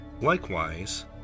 Likewise